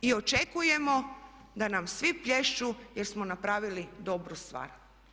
I očekujemo da nam svi plješću jer smo napravili dobru stvar.